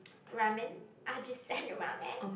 ramen Ajisen ramen